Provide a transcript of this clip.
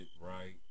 right